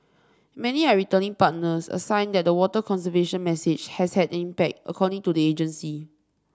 many are returning partners a sign that the water conservation message has had an impact according to the agency